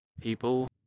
people